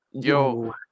Yo